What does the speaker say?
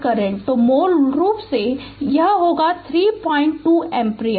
तो मूल रूप से यह होगा 32 एम्पीयर